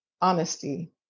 honesty